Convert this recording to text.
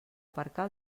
aparcar